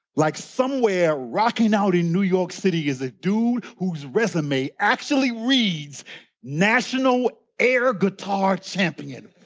like somewhere rocking out in new york city is a dude whose resume actually reads national air guitar champion.